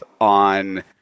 on